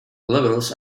levels